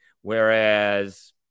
whereas